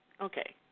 Okay